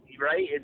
Right